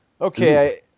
okay